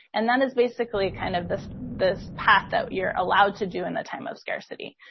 and that is basically kind of this this path that you're allowed to do in the time of scarcity,